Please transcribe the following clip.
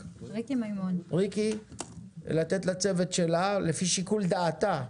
מימון, לפי שיקול דעתה,